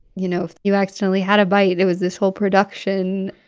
you know, if you accidentally had a bite, it was this whole production